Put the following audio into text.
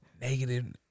Negative